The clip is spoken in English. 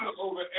over